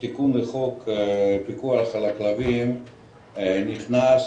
התיקון לחוק פיקוח על הכלבים נכנס